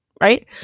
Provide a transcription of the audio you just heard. Right